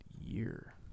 year